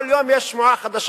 כל יום יש שמועה חדשה.